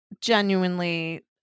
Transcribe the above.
genuinely